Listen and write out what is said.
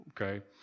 Okay